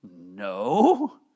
No